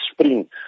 spring